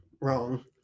wrong